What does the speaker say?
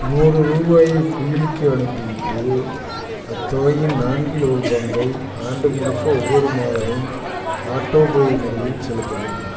நூறு ரூபாயை குயிலிக்கு அனுப்பி விட்டு அத்தொகையின் நான்கில் ஒரு பங்கை ஆண்டு முழுக்க ஒவ்வொரு மாதமும் ஆட்டோபே முறையில் செலுத்தவும்